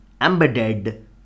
embedded